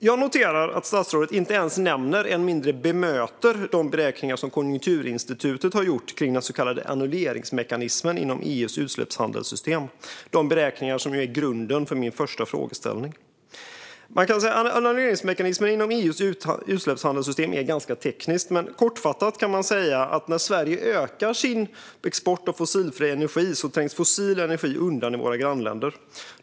Jag noterar att statsrådet inte ens nämner, än mindre bemöter, de beräkningar som Konjunkturinstitutet har gjort kring den så kallade annulleringsmekanismen inom EU:s utsläppshandelssystem. Dessa beräkningar är grunden för min första frågeställning. Annulleringsmekanismen inom EU:s utsläppshandelssystem är ganska teknisk, men kortfattat kan man säga att när Sverige ökar sin export av fossilfri energi trängs fossil energi undan i våra grannländer.